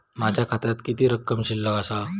माझ्या खात्यात किती रक्कम शिल्लक आसा?